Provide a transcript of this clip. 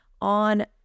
on